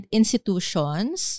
institutions